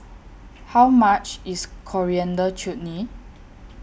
How much IS Coriander Chutney